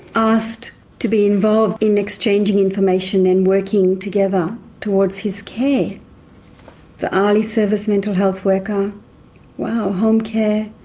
asked to be involved in exchanging information and working together towards his care the ali service mental health worker wow homecare,